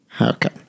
Okay